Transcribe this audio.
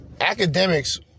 Academics